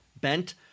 bent